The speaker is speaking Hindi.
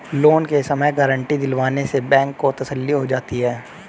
लोन के समय गारंटी दिलवाने से बैंक को तसल्ली हो जाती है